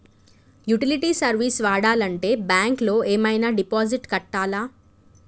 Utility service వాడాలంటే bank లో ఏమైనా డిపాజిట్ కట్టాలా?